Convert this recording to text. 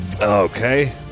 Okay